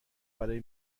برای